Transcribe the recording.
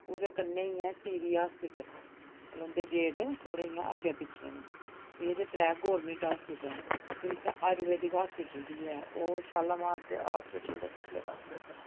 उ'दे कन्नै ई ऐ टी बी अस्पताल मतलब उं'दे गेट थोह्ड़े इ'यां अग्गें पिच्छें न एह् ते त्रै गौरमैंट अस्पताल न ते इत्थै आयुर्वैदिक अस्पताल बी है ओह् शालामार अस्पताल दे पिछले पास्से पर ऐ